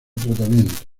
tratamiento